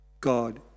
God